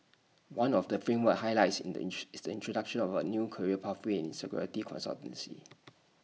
one of the framework's highlights in the is the introduction of A new career pathway in security consultancy